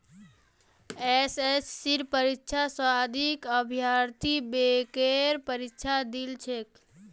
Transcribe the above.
एसएससीर परीक्षा स अधिक अभ्यर्थी बैंकेर परीक्षा दी छेक